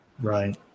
right